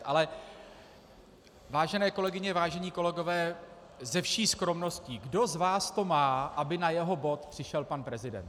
Ale vážené kolegyně, vážení kolegové, se vší skromností, kdo z vás to má, aby na jeho bod přišel pan prezident?